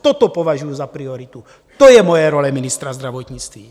Toto považuji za prioritu, to je moje role ministra zdravotnictví.